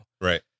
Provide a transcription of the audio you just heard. Right